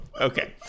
Okay